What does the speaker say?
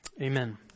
Amen